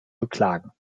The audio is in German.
beklagen